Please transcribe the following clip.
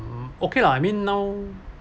mm okay lah I mean now